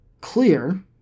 clear